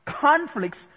conflicts